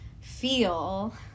feel